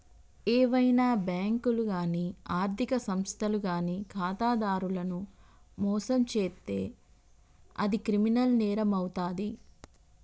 ఏవైనా బ్యేంకులు గానీ ఆర్ధిక సంస్థలు గానీ ఖాతాదారులను మోసం చేత్తే అది క్రిమినల్ నేరమవుతాది